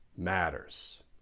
matters